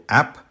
app